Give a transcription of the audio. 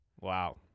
Wow